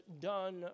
done